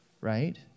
right